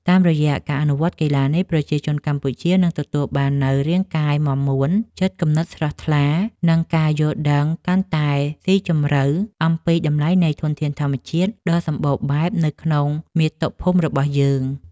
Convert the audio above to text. តាមរយៈការអនុវត្តកីឡានេះ ប្រជាជនកម្ពុជានឹងទទួលបាននូវ រាងកាយមាំមួន ចិត្តគំនិតស្រស់ថ្លា និងការយល់ដឹងកាន់តែស៊ីជម្រៅអំពីតម្លៃនៃធនធានធម្មជាតិដ៏សម្បូរបែបនៅក្នុងមាតុភូមិរបស់ខ្លួន។